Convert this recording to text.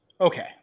Okay